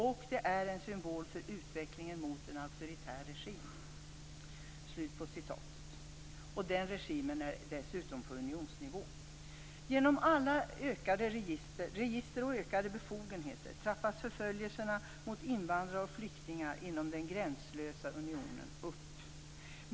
Och det är en symbol för utvecklingen mot en auktoritär regim." Den regimen är dessutom på unionsnivå. Genom alla register och ökade befogenheter trappas förföljelserna av invandrare och flyktingar inom den "gränslösa" unionen upp.